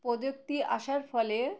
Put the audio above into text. প্রযুক্তি আসার ফলে